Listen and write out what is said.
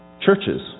Churches